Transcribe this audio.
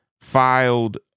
filed